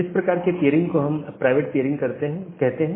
इस प्रकार के पियरिंग को हम प्राइवेट पियरिंग कहते हैं